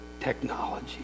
Technology